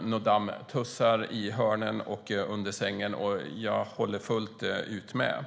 några dammtussar i hörnen eller under sängen. Jag håller fullt ut med.